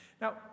Now